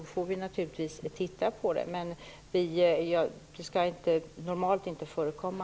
Då får vi naturligtvis titta på dem. Men normalt skall föreläggande inte förekomma.